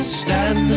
stand